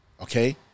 okay